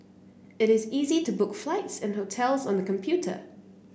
it is easy to book flights and hotels on the computer